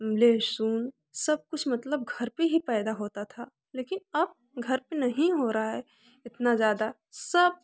लहसुन सब कुछ मतलब घर पर ही पैदा होता था लेकिन अब घर पर नहीं हो रहा है न ज़्यादा सब